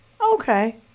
okay